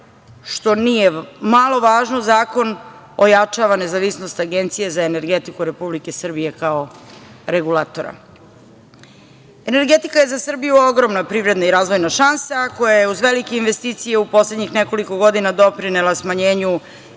što nije malo važno, zakon ojačava nezavisnost Agencije za energetiku Republike Srbije kao regulatora. Energetika je za Srbiju ogromna privredna i razvojna šansa, a koja je uz velike investicije u poslednjih nekoliko godina doprinela smanjenju